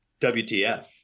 WTF